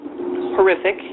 horrific